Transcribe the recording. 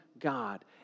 God